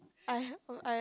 I oh I